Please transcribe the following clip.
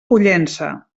pollença